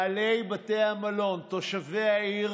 בעלי בתי המלון, תושבי העיר,